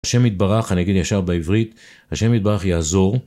השם יתברח, אני אגיד ישר בעברית, השם יתברח יעזור.